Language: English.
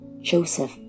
Joseph